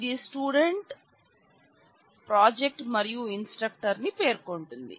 ఇది student project మరియు instructor ని పేర్కొంటుంది